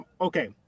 okay